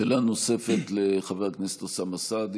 שאלה נוספת, לחבר הכנסת אוסאמה סעדי.